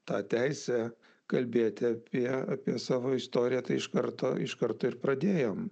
tą teisę kalbėti apie apie savo istoriją tai iš karto iš karto ir pradėjom